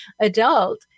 adult